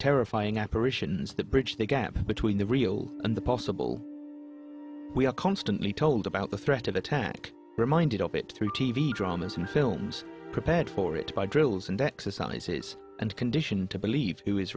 terrifying apparitions that bridge the gap between the real and the possible we are constantly told about the threat of attack reminded of it through t v dramas and films prepared for it by drills and exercises and conditioned to believe